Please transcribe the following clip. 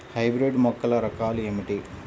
Hybrid మొక్కల రకాలు ఏమిటీ?